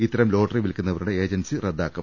ഇത്തരം ലോട്ടറി വിൽക്കുന്നവരുടെ ഏജൻസി റദ്ദാക്കും